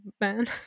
man